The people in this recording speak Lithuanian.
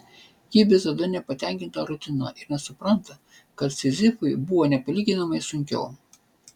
ji visada nepatenkinta rutina ir nesupranta kad sizifui buvo nepalyginamai sunkiau